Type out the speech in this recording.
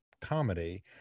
comedy